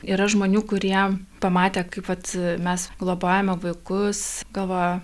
yra žmonių kurie pamatę kaip vat mes globojame vaikus galvoja